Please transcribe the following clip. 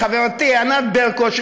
חברתי ענת ברקו,